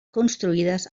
construïdes